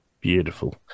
Beautiful